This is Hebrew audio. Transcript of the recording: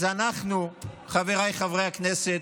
אז אנחנו, חבריי חברי הכנסת,